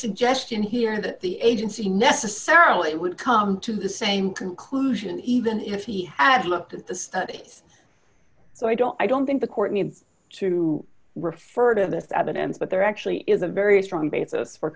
suggestion here that the agency necessarily would come to the same conclusion even if he had looked at the studies so i don't i don't think the court needs to refer to this evidence but there actually is a very strong basis for